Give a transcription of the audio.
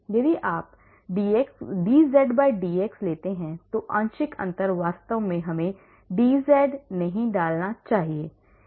यदि आप dz dx लेते हैं तो आंशिक अंतर वास्तव में हमें dz नहीं डालना चाहिए